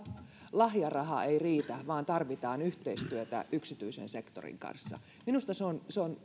lahjaraha ei riitä vaan tarvitaan yhteistyötä yksityisen sektorin kanssa minusta se on se on